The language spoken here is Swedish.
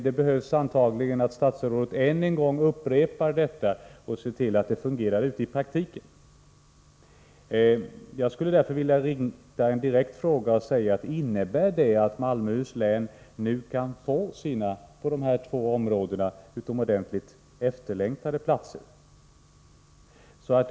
Det behövs antagligen att statsrådet än en gång upprepar detta och ser till att det fungerar ute i praktiken. Jag skulle vilja rikta en direkt fråga till statsrådet: Innebär svaret att Malmöhus län nu kan få sina på dessa två områden utomordentligt efterlängtade platser?